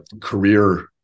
career